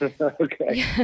Okay